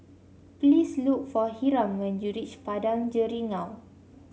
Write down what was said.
please look for Hiram when you reach Padang Jeringau